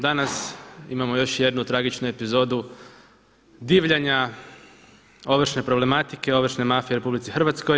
Danas imamo još jednu tragičnu epizodu divljanja ovršne problematike, ovršne mafije u RH.